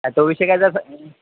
तो विषय काय जसं